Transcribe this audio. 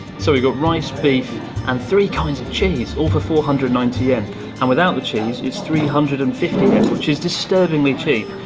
so you got rice, beef and three kinds of cheese. all for four hundred and ninety yen and without the cheese. it's three hundred and fifty yen which is disturbingly cheap!